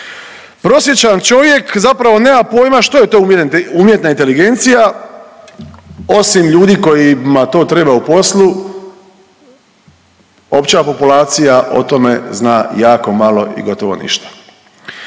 Prosječan čovjek zapravo nema pojma što je to umjetna inteligencija osim ljudi kojima to treba u poslu, opća populacija o tome zna jako malo i gotovo ništa.